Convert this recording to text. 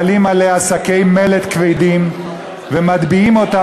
מעלים עליה שקי מלט כבדים ומטביעים אותה